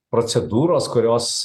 procedūros kurios